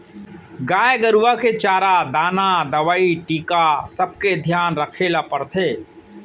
गाय गरूवा के चारा दाना, दवई, टीका सबके धियान रखे ल परथे